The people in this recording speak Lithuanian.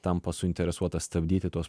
tampa suinteresuotas stabdyti tuos